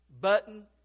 button